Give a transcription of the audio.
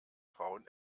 frauen